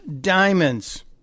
diamonds